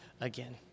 again